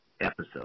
episode